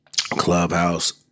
clubhouse